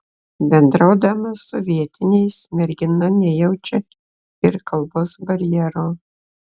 bendraudama su vietiniais mergina nejaučia ir kalbos barjero